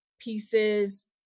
pieces